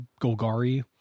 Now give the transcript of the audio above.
Golgari